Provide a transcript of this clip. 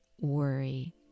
worry